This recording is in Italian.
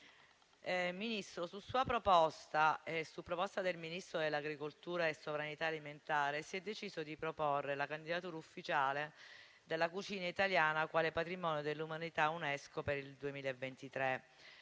su proposta del Ministro dell'agricoltura, della sovranità alimentare e delle foreste si è deciso di proporre la candidatura ufficiale della cucina italiana quale bene patrimonio dell'umanità UNESCO per il 2023.